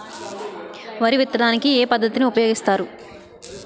వరి విత్తడానికి ఏ పద్ధతిని ఉపయోగిస్తారు?